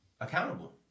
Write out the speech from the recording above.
accountable